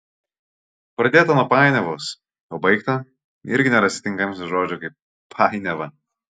pradėta nuo painiavos o baigta irgi nerasi tinkamesnio žodžio kaip painiava